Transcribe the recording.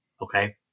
Okay